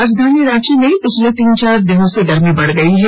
राजधानी रांची में पिछले तीन चार दिनों से गर्मी बढ़ गई है